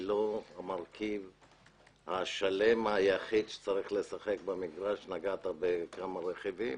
היא לא המרכיב השלם היחיד שצריך לשחק במגרש ונגעת בכמה רכיבים.